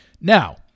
Now